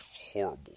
horrible